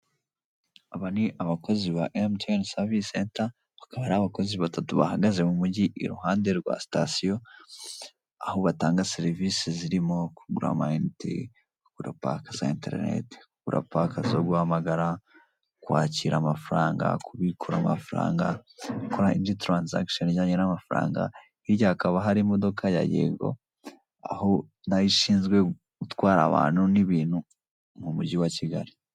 Aba ni abakozi ba MTN service center bakaba ari abakozi batatu bahagaze mu mujyi i ruhande rwa station, aho batanga serivisi zirimo kugura ama inite, kugura pack za internet, kugura pack zo guhamagara, kwakira amafaranga, kubikura amafaranga, gukora indi transaction ijyanye n'amafaranga hirya hakaba hari imodoka ya Yego aho nayo ishinzwe gutwara abantu n'ibintu mu mujyi wa Kigali.